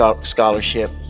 scholarship